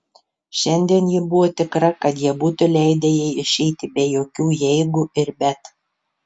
šiandien ji buvo tikra kad jie būtų leidę jai išeiti be jokių jeigu ir bet